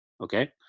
okay